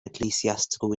ecclesiastical